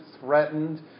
threatened